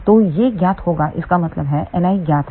तो यह ज्ञात होगा इसका मतलब है Ni ज्ञात है